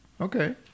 Okay